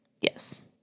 Yes